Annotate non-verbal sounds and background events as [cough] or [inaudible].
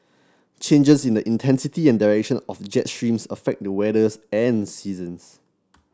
changes in the intensity and direction of jet streams affect the weather [unintelligible] and seasons